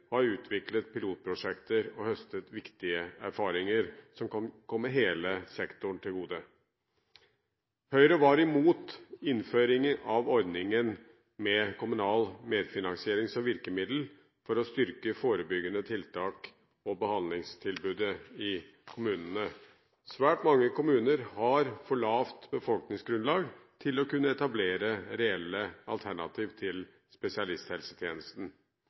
kommuner har utviklet pilotprosjekter og høstet viktige erfaringer som kan komme hele sektoren til gode. Høyre var imot innføring av ordningen med kommunal medfinansiering som virkemiddel for å styrke forebyggende tiltak og behandlingstilbudet i kommunene. Svært mange kommuner har for lavt befolkningsgrunnlag til å kunne etablere reelle alternativer til spesialisthelsetjenesten.